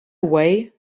way